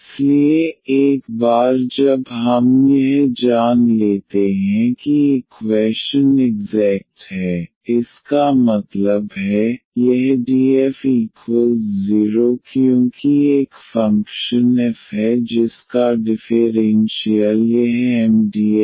इसलिए एक बार जब हम यह जान लेते हैं कि इक्वैशन इग्ज़ैक्ट है इसका मतलब है यह df 0 क्योंकि एक फ़ंक्शन f है जिसका डिफ़ेरेन्शियल यह MdxNdy है